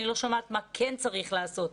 אני לא שומעת מה כן צריך לעשות.